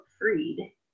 freed